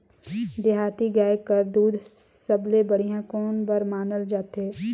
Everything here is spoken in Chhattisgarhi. देहाती गाय कर दूध सबले बढ़िया कौन बर मानल जाथे?